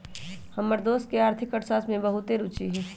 हमर दोस के आर्थिक अर्थशास्त्र में बहुते रूचि हइ